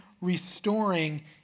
restoring